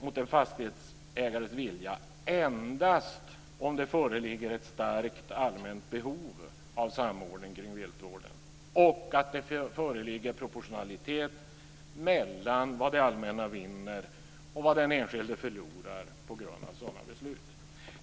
mot en fastighetsägares vilja endast om det föreligger ett starkt allmänt behov av samordning kring viltvården samt att det föreligger proportionalitet mellan vad det allmänna vinner och vad den enskilde förlorar på grund av sådana beslut.